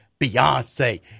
Beyonce